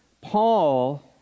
Paul